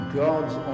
god's